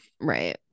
Right